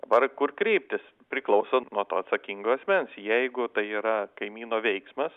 dabar kur kreiptis priklauso nuo to atsakingo asmens jeigu tai yra kaimyno veiksmas